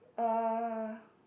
uh